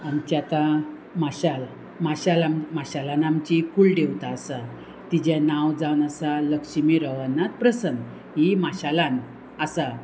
आमचें आतां माशाल माशा माशेलान आमची कुळ देवता आसा तिजें नांव जावन आसा लक्ष्मी रवन नाथ प्रसन्न ही माशेलान आसा